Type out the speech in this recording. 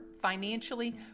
financially